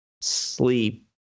sleep